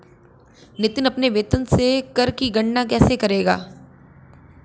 नितिन अपने वेतन से कर की गणना कैसे करेगा?